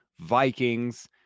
Vikings